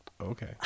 Okay